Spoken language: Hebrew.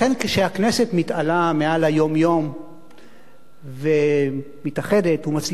כשהכנסת מתעלה מעל היום-יום ומתאחדת ומצליחה